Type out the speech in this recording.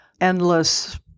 endless